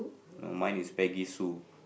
no mine is Peggy Sue